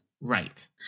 Right